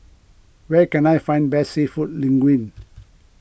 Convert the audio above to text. where can I find best Seafood Linguine